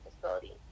facility